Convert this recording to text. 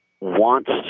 wants